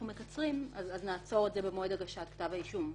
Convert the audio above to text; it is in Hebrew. מקצרים אז נעצור את זה במועד הגשת כתב האישום,